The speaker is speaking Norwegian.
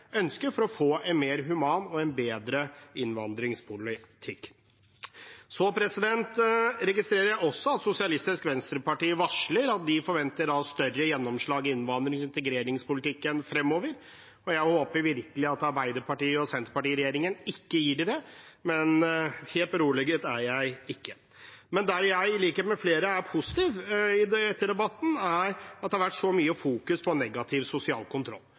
for å få en mer human og bedre innvandringspolitikk. Jeg registrerer også at Sosialistisk Venstreparti varsler at de forventer større gjennomslag i innvandrings- og integreringspolitikken fremover. Jeg håper virkelig at Arbeiderparti–Senterparti-regjeringen ikke gir dem det, men helt beroliget er jeg ikke. Det jeg i likhet med flere synes er positivt etter debatten, er at det har vært fokusert så mye på negativ sosial kontroll,